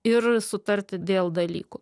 ir sutarti dėl dalykų